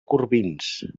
corbins